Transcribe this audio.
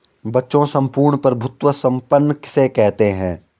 बच्चों सम्पूर्ण प्रभुत्व संपन्न किसे कहते हैं?